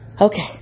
Okay